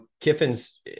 Kiffin's